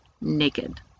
naked